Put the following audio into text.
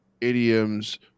idioms